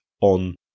on